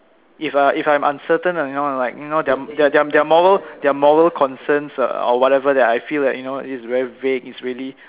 if I if I'm uncertain lah you know like your know their their their moral their moral concerns uh or whatever that I feel like you know is very vague its really